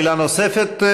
שאלה נוספת,